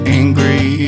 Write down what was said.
angry